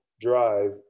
drive